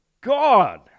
God